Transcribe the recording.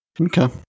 Okay